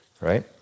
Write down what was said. right